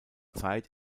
zeit